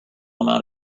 amount